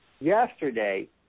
yesterday